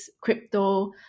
crypto